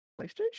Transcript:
PlayStation